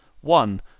one